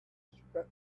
constructive